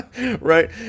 Right